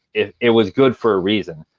it it was good for a reason,